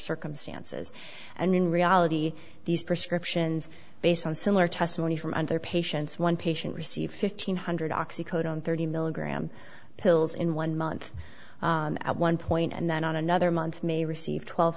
circumstances and in reality these prescriptions based on similar testimony from other patients one patient received fifteen hundred oxy code on thirty milligram pills in one month at one point and then on another month may receive twelve